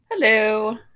Hello